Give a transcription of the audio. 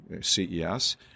CES